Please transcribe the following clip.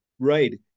Right